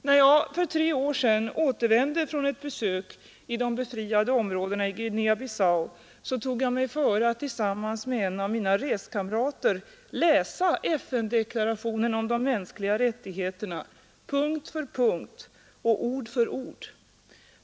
När jag för tre år sedan återvände från ett besök i de befriade områdena i Guinea-Bissau tog jag mig före att tillsammans med en av mina reskamrater läsa FN-deklarationen om de mänskliga rättigheterna punkt för punkt och ord för ord.